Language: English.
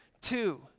Two